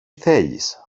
θέλεις